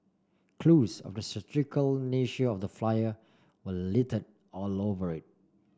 clues of the satirical nature of the flyer were littered all over it